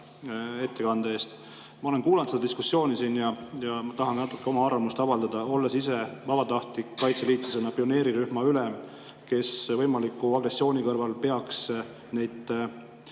Ma olen kuulanud seda diskussiooni siin ja ma tahan natuke oma arvamust avaldada. Olles ise vabatahtliku kaitseliitlasena pioneerirühma ülem, kes võimaliku agressiooni korral peaks oma